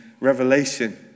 Revelation